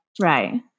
right